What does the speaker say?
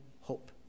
hope